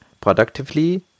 productively